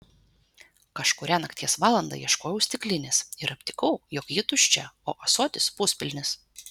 kažkurią nakties valandą ieškojau stiklinės ir aptikau jog ji tuščia o ąsotis puspilnis